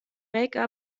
make